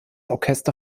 orchester